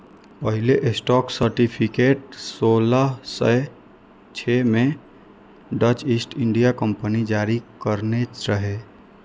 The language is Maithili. पहिल स्टॉक सर्टिफिकेट सोलह सय छह मे डच ईस्ट इंडिया कंपनी जारी करने रहै